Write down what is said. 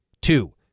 Two